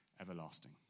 everlasting